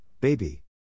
baby